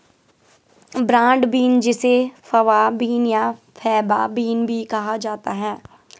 broad bean जिसे fava bean या faba bean भी कहा जाता है